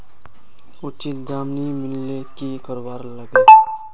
उचित दाम नि मिलले की करवार लगे?